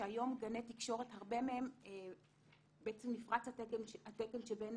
שהיום בהרבה מגני תקשורת בעצם נפרץ התקן שבין